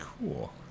Cool